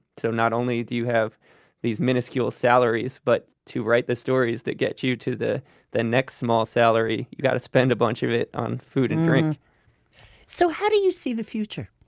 so not only do you have these minuscule salaries, but to write the stories that get you to the the next small salary, you've got to spend a bunch of it on food and drink so how do you see the future?